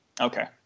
Okay